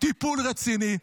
טיפול רציני,